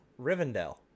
Rivendell